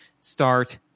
start